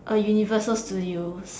uh universal studio